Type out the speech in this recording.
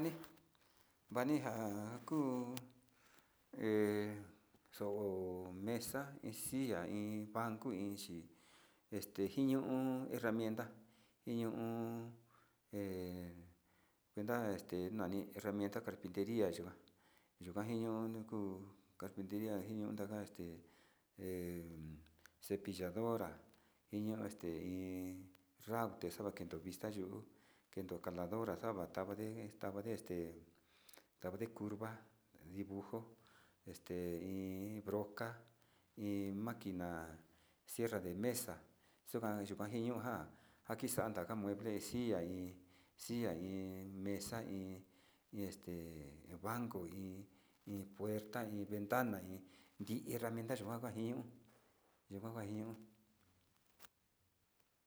Vanijja kuu he xo'o meso iin silla iin, iin baco este iin yiño'o iño uun eramienta iño uun he cuenta he nani cuenta carpinteria yikuan, yukajinio yuku carpinteria yikuan este té cepilladora iño este nrauu este xabakendo vista yuu kendo njaladora nuu tabane este tabane este tanade curva, dibujo este iin broka iin maquina tierra de mesa xoka kokiño njan njaxanta njan mueble chia iin xia iin mesa iin iin este nuu banco iin puerta iin ventana iin ti herramienta yikuan iin kukaka ion.